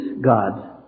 God